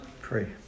Pray